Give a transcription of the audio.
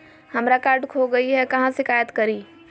हमरा कार्ड खो गई है, कहाँ शिकायत करी?